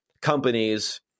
companies